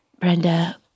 Brenda